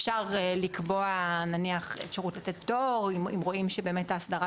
אפשר לקבוע נניח אפשרות לתת פטור אם רואים שבאמת ההסדרה